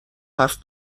حرف